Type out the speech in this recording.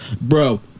Bro